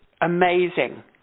amazing